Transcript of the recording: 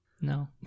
No